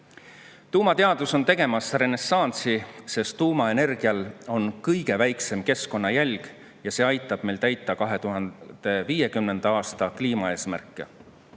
Tuumateadus on tegemas renessanssi, sest tuumaenergial on kõige väiksem keskkonnajälg ja see aitab meil täita 2050. aasta kliimaeesmärke.